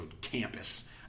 campus